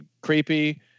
creepy